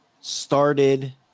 started